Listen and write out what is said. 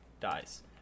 Dies